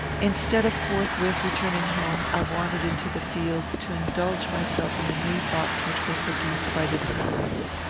instead of forthwith returning home, i wandered into the fields, to indulge myself in the new thoughts which were produced by this occurrence.